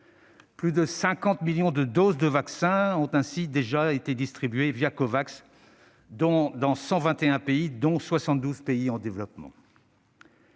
Plus de 50 millions de doses de vaccins ont ainsi déjà été distribuées Covax dans 121 pays, dont 72 pays en développement.